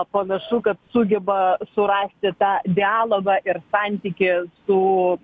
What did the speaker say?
panašu kad sugeba surasti tą dialogą ir santykį su